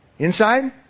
Inside